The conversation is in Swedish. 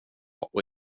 och